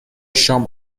شام